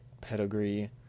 pedigree